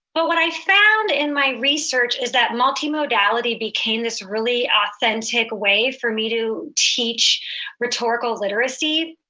but what i found in my research is that multimodality became this really authentic way for me to teach rhetorical literacy.